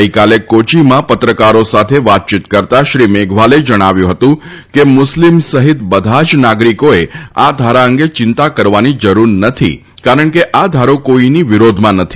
ગઇકાલે કોચીમાં પત્રકારો સાથે વાતચીત કરતા શ્રી મેઘવાલે જણાવ્યું હતું કે મુસ્લીમ સહિત બધા જ નાગરિકોએ આ ધારા અંગે ચિંતા કરવાની જરૂર નથી કારણ કે આ ધારો કોઇની વિરોધમાં નથી